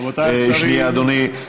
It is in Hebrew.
רבותיי השרים, שנייה, אדוני.